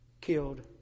killed